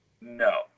No